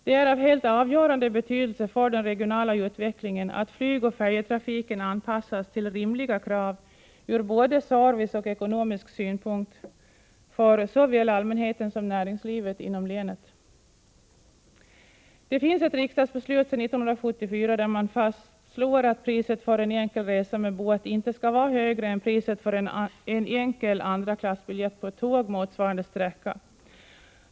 Det är av helt avgörande betydelse för den regionala utvecklingen att flygoch färjetrafiken anpassas till rimliga krav ur både servicesynpunkt och ekonomisk synpunkt för såväl allmänheten som näringslivet inom länet. Det finns ett riksdagsbeslut från 1974 där man fastslår att priset för en enkel resa med båt inte skall vara högre än för en enkel andraklassbiljett på tåg motsvarande sträcka.